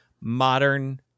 modern